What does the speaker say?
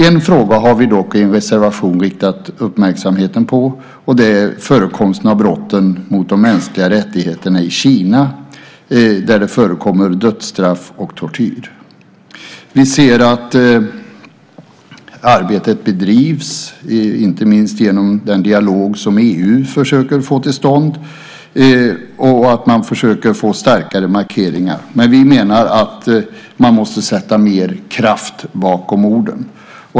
En fråga har vi dock i en reservation riktat uppmärksamheten mot. Det är förekomsten av brotten mot de mänskliga rättigheterna i Kina, där det förekommer dödsstraff och tortyr. Vi ser att arbete bedrivs, inte minst genom den dialog som EU försöker få till stånd, och att man försöker få starkare markeringar. Men vi menar att man måste sätta mer kraft bakom orden.